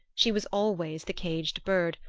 she was always the caged bird,